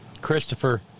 Christopher